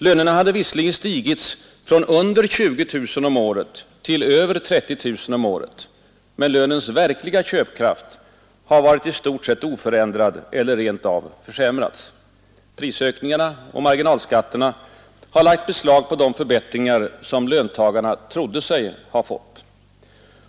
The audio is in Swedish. Lönerna har visserligen stigit från under 20 000 om året till över 30 000 kronor om året. Men lönens verkliga köpkraft har varit i stort sett oförändrad eller rent av försämrats. Prisökningarna och marginalskatterna har lagt beslag på de förbättringar som löntagarna trodde sig ha fått.